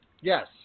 Yes